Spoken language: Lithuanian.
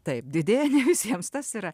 taip didėja ne visiems tas yra